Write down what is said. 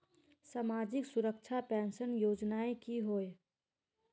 सामाजिक सुरक्षा पेंशन योजनाएँ की होय?